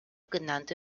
genannte